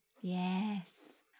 yes